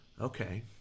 Okay